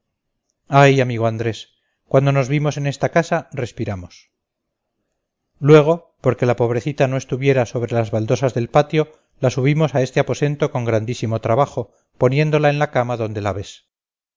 ay amigo andrés cuando nos vimos en esta casa respiramos luego porque la pobrecita no estuviera sobre las baldosas del patio la subimos a este aposento con grandísimo trabajo poniéndola en la cama donde la ves